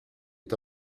est